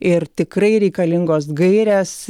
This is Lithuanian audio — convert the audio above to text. ir tikrai reikalingos gairės